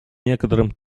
некоторым